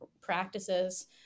practices